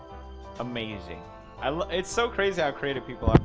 amazing. i lo-it's so crazy how creative people